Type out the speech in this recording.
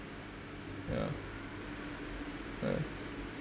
ya ya